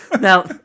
Now